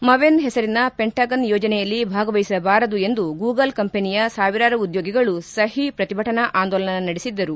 Maven ಹೆಸರಿನ Pentagon ಯೋಜನೆಯಲ್ಲಿ ಭಾಗವಹಿಸಬಾರದು ಎಂದು ಗೂಗಲ್ ಕಂಪನಿಯ ಸಾವಿರಾರು ಉದ್ಯೋಗಿಗಳು ಸಹಿ ಪ್ರತಿಭಟನಾ ಆಂದೋಲನ ನಡೆಸಿದ್ದರು